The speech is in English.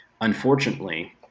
unfortunately